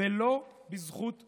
ולא בזכות הכוח,